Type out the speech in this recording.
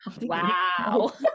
wow